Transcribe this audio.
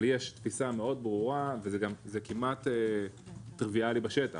יש תפיסה מאוד ברורה וזה גם כמעט טריוויאלי בשטח